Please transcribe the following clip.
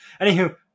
anywho